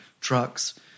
trucks